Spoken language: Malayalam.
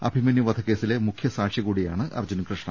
അഭിമന്യു വധക്കേ സിലെ മുഖ്യ സാക്ഷികൂടിയാണ് അർജ്ജുൻ കൃഷ്ണ